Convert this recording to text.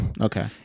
Okay